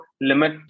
limit